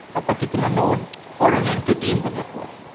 a particular node or an entity in the network.